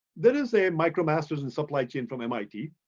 there is a micromasters and supply chain from mit.